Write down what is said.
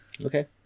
Okay